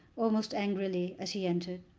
almost angrily, as he entered.